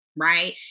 right